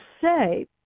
say